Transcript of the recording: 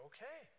Okay